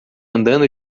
andando